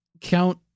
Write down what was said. Count